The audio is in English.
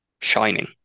shining